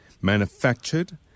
manufactured